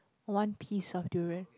one piece of durian